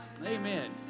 Amen